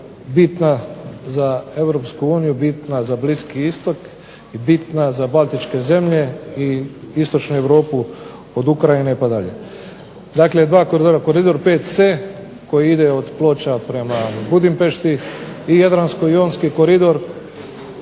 bitna za EU, bitna za Bliski istok i bitna za Baltičke zemlje i Istočnu Europu od Ukrajine pa dalje. Dakle, dva koridora – Koridor VC koji ide od Ploča prema Budimpešti i Jadransko-jonski koridor